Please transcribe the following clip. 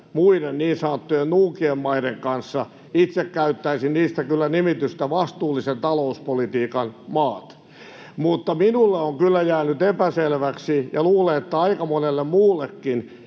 muiden niin sanottujen nuukien maiden kanssa. Itse käyttäisin niistä kyllä nimitystä ”vastuullisen talouspolitiikan maat”. Mutta minulle on kyllä jäänyt epäselväksi, ja luulen, että aika monelle muullekin,